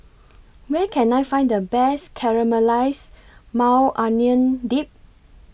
Where Can I Find The Best Caramelized Maui Onion Dip